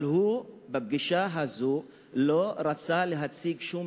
אבל בפגישה הזאת הוא לא רצה להציג שום